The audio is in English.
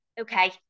okay